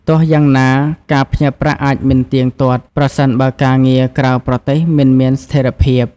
ទោះយ៉ាងណា ការផ្ញើប្រាក់អាចមិនទៀងទាត់ ប្រសិនបើការងារក្រៅប្រទេសមិនមានស្ថេរភាព។